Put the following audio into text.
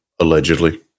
Allegedly